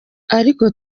ariko